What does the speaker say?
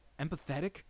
empathetic